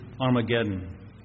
Armageddon